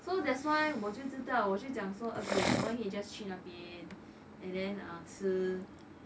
so that's why 我就知道我是讲说 okay 我们可以 just 去那边 and then err 吃